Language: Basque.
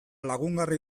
lagungarri